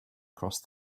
crossed